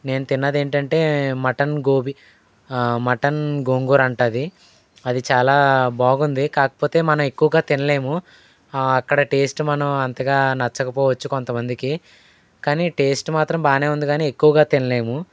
నేను తిన్నది ఏంటంటే మటన్ గోబి మటన్ గోంగూర అంటది అది చాలా బాగుంది కాకపోతే మన ఎక్కువగా తినలేము అక్కడ టేస్ట్ మనం అంతగా నచ్చకపోవచ్చు కొంతమందికి కానీ టేస్ట్ మాత్రం బాగానే ఉంది కానీ ఎక్కువగా తినలేము